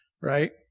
right